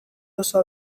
oso